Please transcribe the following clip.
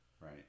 right